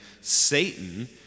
Satan